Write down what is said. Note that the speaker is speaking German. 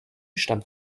stammt